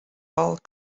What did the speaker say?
all